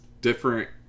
different